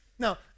Now